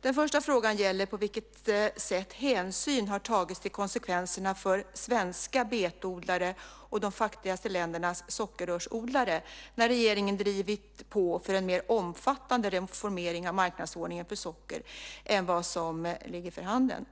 Den första frågan gäller på vilket sätt hänsyn har tagits till konsekvenserna för svenska betodlare och de fattigaste ländernas sockerrörsodlare när regeringen drivit på för en mer omfattande reformering av marknadsordningen för socker än vad som ligger för handen.